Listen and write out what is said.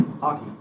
Hockey